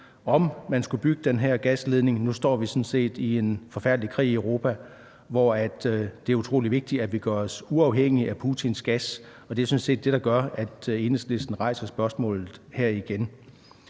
om man skulle bygge den her gasledning, men når vi nu sådan set står med en forfærdelig krig i Europa, hvor det er utrolig vigtigt, at vi gør os uafhængige af Putins gas. Og det er sådan set det, der gør, at Enhedslisten rejser spørgsmålet her igen.